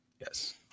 yes